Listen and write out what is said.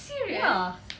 ya